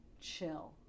chill